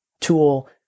tool